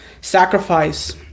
sacrifice